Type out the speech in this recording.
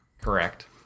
Correct